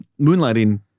Moonlighting